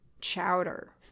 chowder